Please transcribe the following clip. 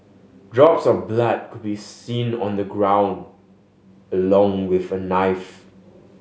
drops of blood could be seen on the ground along with a knife